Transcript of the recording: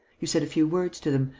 you said a few words to them,